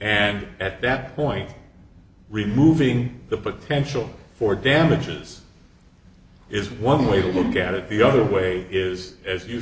and at that point removing the potential for damages is one way to look at it the other way is as you